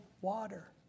water